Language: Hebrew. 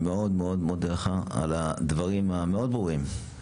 אני מאוד מאוד מודה לך על הדברים המאוד ברורים,